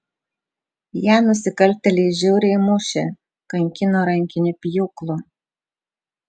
ją nusikaltėliai žiauriai mušė kankino rankiniu pjūklu